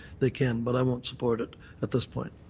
they can. but i won't support it at this point.